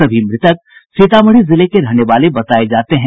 सभी मृतक सीतामढ़ी जिले के रहने वाले बताये जाते हैं